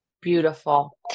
beautiful